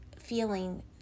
feeling